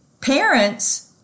parents—